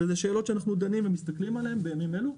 ואלה שאלות שאנחנו דנים בהן ומסתכלים עליהן בימים אלו.